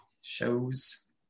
shows